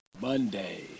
monday